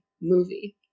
movie